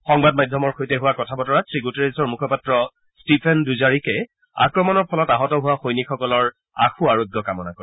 সংবাদ মাধ্যমৰ সৈতে হোৱা কথা বতৰাত শ্ৰীগুটেৰেছৰ মুখপাত্ৰ ষ্টিফেন ডুজাৰিকে আক্ৰমণৰ ফলত আহত হোৱা সৈনিকসকলৰ আশু আৰোগ্য কামনা কৰে